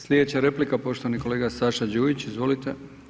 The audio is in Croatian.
Slijedeća replika, poštovani kolega Saša Đujić, izvolite.